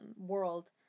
world